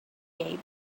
gave